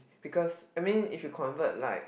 because I mean if you convert like